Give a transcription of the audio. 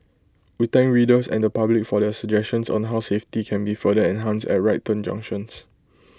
we thank readers and the public for their suggestions on how safety can be further enhanced at right turn junctions